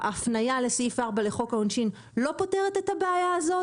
ההפניה לסעיף 4 לחוק העונשין לא פותרת את הבעיה הזאת.